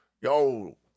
Yo